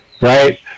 right